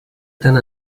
tant